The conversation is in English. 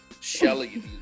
Shelly